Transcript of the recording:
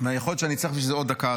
ויכול להיות שאני צריך בשביל זה עוד דקה,